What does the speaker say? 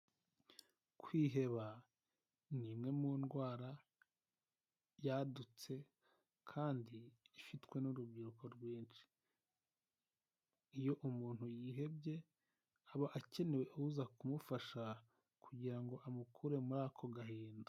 Kwiheba ni imwe mu ndwara yadutse kandi ifitwe n'urubyiruko rwinshi, iyo umuntu yihebye aba akeneye uza kumufasha kugira ngo amukure muri ako gahinda.